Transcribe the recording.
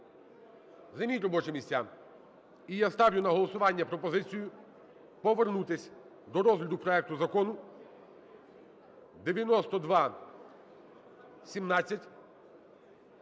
Займіть робочі місця. І я ставлю на голосування пропозицію повернутися до розгляду проекту Закону 9217,